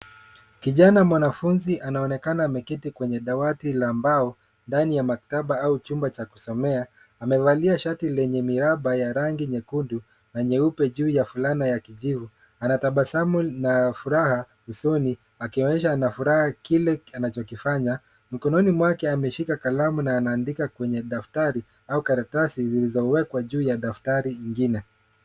Kijana mwanafunzi anaonekana ameketi kwenye dawati la mbao ndani ya maktaba au chumba cha kusomea. Amevalia shati lenye miraba ya rangi nyekundu na nyeupe juu ya fulana ya kijivu. Anatabasamu na furaha usoni akionyesha ana furaha kile anachokifanya. Mikononi mwake ameshika kalamu na anaandika kwenye daftari au karatasi zilizowekwa juu ya daftari ingine.